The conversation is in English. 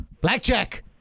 Blackjack